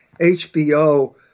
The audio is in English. HBO